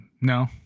No